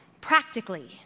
practically